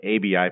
ABI